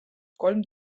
kolm